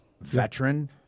veteran